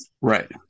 Right